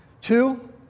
Two